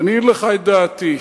אגיד לך את דעתי: